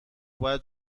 باید